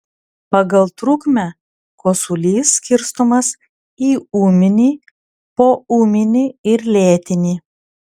pagal trukmę kosulys skirstomas į ūminį poūminį ir lėtinį